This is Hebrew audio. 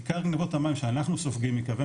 עיקר גניבות המים שאנחנו סופגים מקווי